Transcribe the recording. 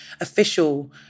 official